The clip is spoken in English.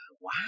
Wow